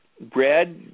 Brad